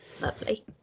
Lovely